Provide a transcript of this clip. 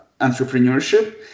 entrepreneurship